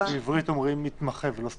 בעברית אומרים מתמחה ולא סטז'ר.